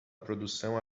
produção